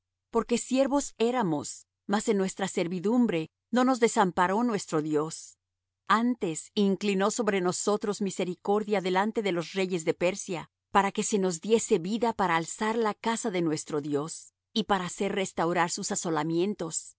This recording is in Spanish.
porque siervos éramos mas en nuestra servidumbre no nos desamparó nuestro dios antes inclinó sobre nosotros misericordia delante de los reyes de persia para que se nos diese vida para alzar la casa de nuestro dios y para hacer restaurar sus asolamientos y